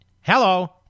hello